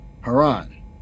Haran